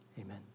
amen